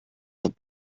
are